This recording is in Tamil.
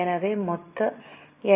எனவே மொத்த என்